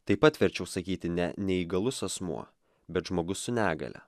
taip pat verčiau sakyti ne neįgalus asmuo bet žmogus su negalia